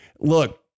look